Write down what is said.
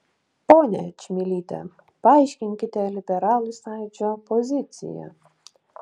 ponia čmilyte paaiškinkite liberalų sąjūdžio poziciją